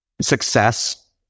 success